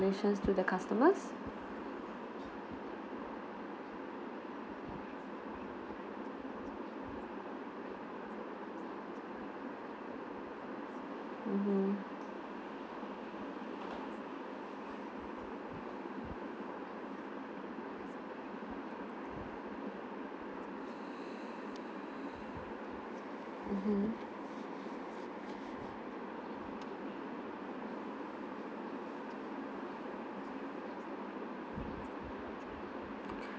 measures to the customers mmhmm mmhmm